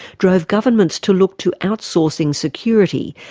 drove governments to look to outsourcing security,